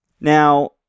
now